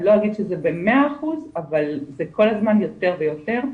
אני לא אגיד שזה ב-100% אבל זה כל הזמן יותר ויותר,